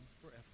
forever